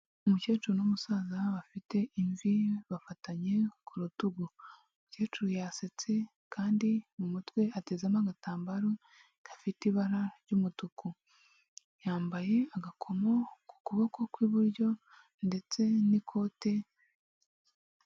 Umukecuru n'umusaza bafite imvi bafatanye ku rutugu. Umukecuru yasetse kandi mu mutwe hatezemo agatambaro gafite ibara ry'umutuku. Yambaye agakomo ku kuboko kw'iburyo ndetse n'ikote.